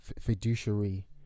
fiduciary